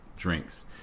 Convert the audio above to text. drinks